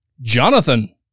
Jonathan